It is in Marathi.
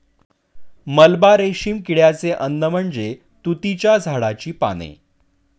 मलबा रेशीम किड्याचे अन्न म्हणजे तुतीच्या झाडाची पाने